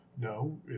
No